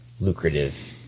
lucrative